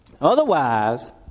Otherwise